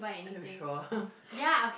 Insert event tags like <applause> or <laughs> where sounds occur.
are you sure <laughs>